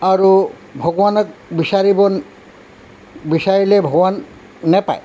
আৰু ভগৱানক বিচাৰিব বিচাৰিলেই ভগৱান নাপায়